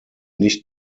nicht